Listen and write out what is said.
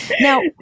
Now